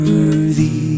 Worthy